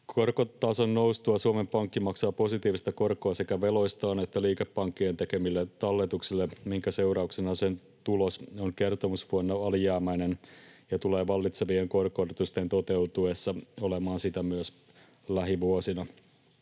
Korkotason noustua Suomen Pankki maksaa positiivista korkoa sekä veloistaan että liikepankkien tekemille talletuksille, minkä seurauksena sen tulos on kertomusvuonna alijäämäinen ja tulee vallitsevien korko-odotusten toteutuessa olemaan sitä myös lähivuosina.